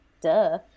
duh